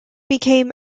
became